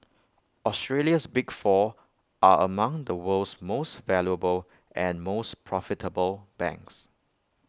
Australia's big four are among the world's most valuable and most profitable banks